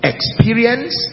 Experience